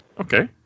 Okay